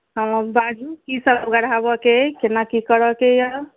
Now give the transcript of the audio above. बाजू कीसभ गढ़ाबयके अइ केना की करयके यए